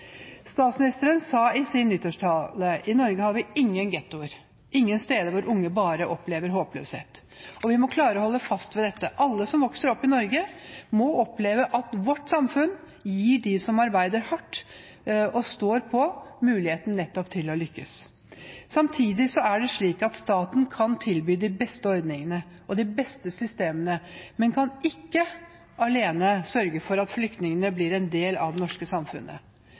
Statsministeren sa i sin nyttårstale: «I Norge har vi ingen ghettoer. Ingen steder hvor unge bare opplever håpløshet.» Vi må klare å holde fast ved dette. Alle som vokser opp i Norge, må oppleve at vårt samfunn gir dem som arbeider hardt og står på, muligheten nettopp til å lykkes. Samtidig er det slik at staten kan tilby de beste ordningene og de beste systemene, men kan ikke alene sørge for at flyktningene blir en del av det norske samfunnet.